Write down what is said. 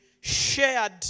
shared